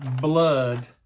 blood